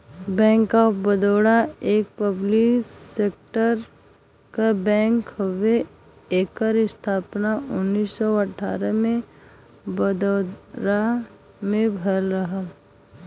bank of Baroda एक public sector क bank हउवे एकर स्थापना उन्नीस सौ आठ में बड़ोदरा में भयल रहल